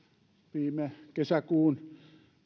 viime kesäkuun